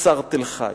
חצר תל-חי,